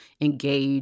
engage